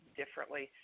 differently